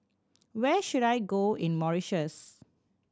where should I go in Mauritius